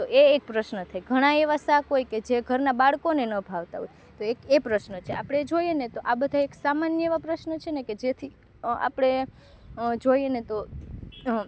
તો એ એક પ્રશ્ન થાય ઘણાં એવા શાક હોય જે ઘરના બાળકોને ન ભાવતા હોય તો એક એ પ્રશ્ન છે આપણે જોઈએને તો આ બધા એક સામાન્ય પ્રશ્ન છે ને કે જેથી આપડે જોઈએને તો હઁ